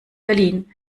berlin